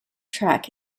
track